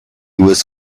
was